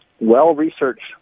well-researched